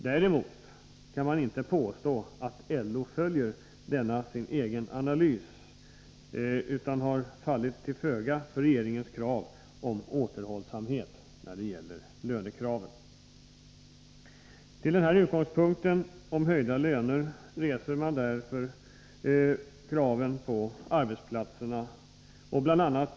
Däremot kan man inte påstå att LO följer denna sin egen analys, utan har fallit till föga för regringens krav på återhållsamhet när det gäller lönekraven. Till denna utgångspunkt om höjda löner reses därför kraven på arbetsplatserna.